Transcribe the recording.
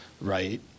right